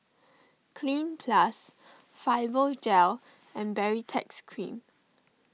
Cleanz Plus Fibogel and Baritex Cream